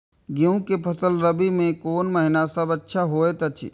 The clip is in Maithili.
गेहूँ के फसल रबि मे कोन महिना सब अच्छा होयत अछि?